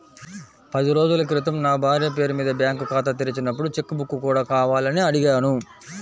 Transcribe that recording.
పది రోజుల క్రితం నా భార్య పేరు మీద బ్యాంకు ఖాతా తెరిచినప్పుడు చెక్ బుక్ కూడా కావాలని అడిగాను